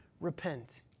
repent